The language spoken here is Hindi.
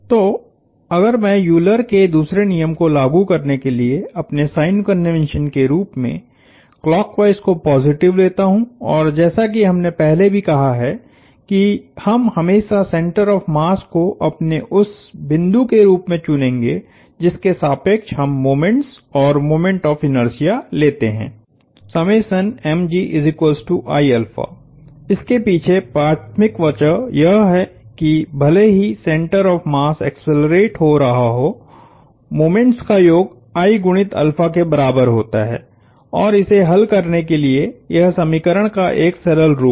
तो अगर मैं यूलर के दूसरे नियम को लागू करने के लिए अपने साइन कन्वेंशन के रूप में क्लॉकवाइस को पॉजिटिव लेता हूं और जैसा कि हमने पहले भी कहा है कि हम हमेशा सेंटर ऑफ़ मास को अपने उस बिंदु के रूप में चुनेंगे जिसके सापेक्ष हम मोमेंट्स और मोमेंट ऑफ़ इनर्शिया लेते हैं इसके पीछे प्राथमिक वजह यह है कि भले ही सेंटर ऑफ़ मास एक्सेलरेट हो रहा हो मोमेंट्स का योग I गुणित के बराबर होता है और इसे हल करने के लिए यह समीकरण का एक सरल रूप है